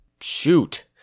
shoot